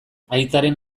aitaren